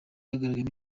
hagaragaye